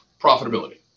profitability